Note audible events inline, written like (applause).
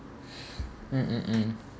(breath) mm mm mm